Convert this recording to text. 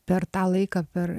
per tą laiką per